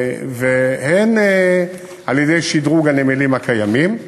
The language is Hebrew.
והן על שדרוג הנמלים הקיימים.